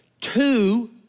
Two